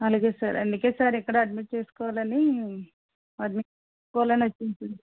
అలాగే సార్ అందుకే సార్ ఎక్కడ అడ్మిట్ చేసుకోవాలనీ అడ్మిట్ చేసుకోవాలని వచ్చింది సార్